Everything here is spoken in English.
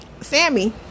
Sammy